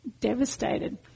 devastated